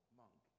monk